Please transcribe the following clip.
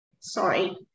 Sorry